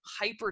hyper